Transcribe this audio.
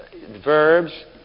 verbs